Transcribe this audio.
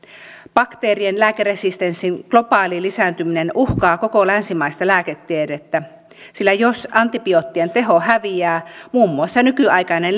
bakteerien lääkeresistenssin globaali lisääntyminen uhkaa koko länsimaista lääketiedettä sillä jos antibioottien teho häviää muun muassa nykyaikainen